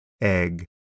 egg